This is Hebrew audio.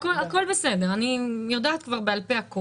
אני יודעת כבר הכול בעל פה.